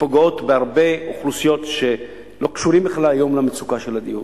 ופוגעות בהרבה אוכלוסיות שלא קשורות בכלל היום למצוקה של הדיור.